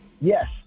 Yes